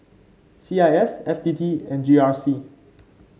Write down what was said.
C I S F T T and G R C